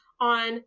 on